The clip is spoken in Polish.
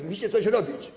Musicie coś robić.